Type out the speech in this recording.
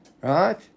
Right